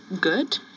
good